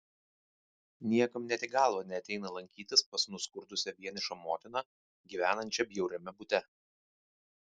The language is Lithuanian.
niekam net į galvą neateina lankytis pas nuskurdusią vienišą motiną gyvenančią bjauriame bute